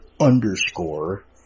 Underscore